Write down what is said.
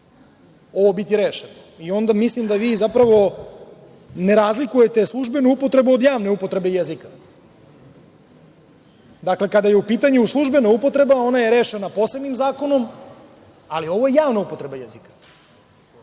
ovo biti rešeno. Mislim da vi zapravo ne razlikujete službenu upotrebu od javne upotrebe jezika. Dakle, kada je u pitanju službena upotreba, ona je rešena posebnim zakonom, ali ovo je javna upotreba jezika.